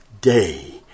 day